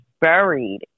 buried